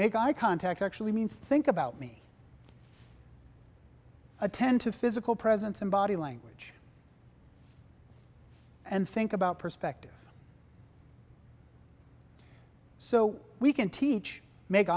make eye contact actually means think about me attend to physical presence and body language and think about perspective so we can teach make